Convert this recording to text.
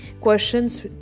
questions